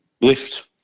lift